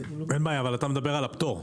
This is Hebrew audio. אבל אתה מדבר על הפטור.